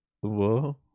Whoa